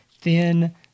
thin